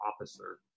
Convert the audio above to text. officer